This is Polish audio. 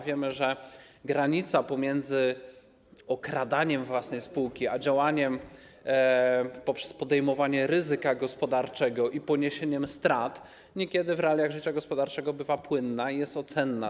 Wiemy, że granica pomiędzy okradaniem własnej spółki a działaniem poprzez podejmowanie ryzyka gospodarczego i poniesieniem strat niekiedy w realiach życia gospodarczego bywa płynna i jest kwestią oceny.